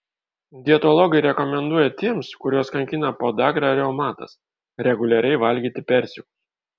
dietologai rekomenduoja tiems kuriuos kankina podagra ar reumatas reguliariai valgyti persikus